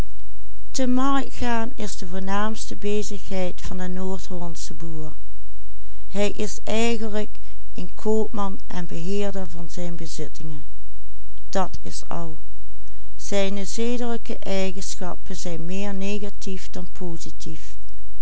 te markt gaan is de voornaamste bezigheid van den noordhollandschen boer hij is eigenlijk een koopman en beheerder van zijn bezittingen dat is al zijne zedelijke eigenschappen zijn meer negatief dan positief